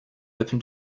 opened